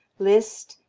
liszt,